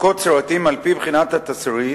הפקות סרטים על-פי בחינת התסריט